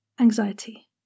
anxiety